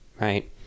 right